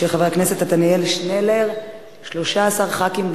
התשע"א 2011,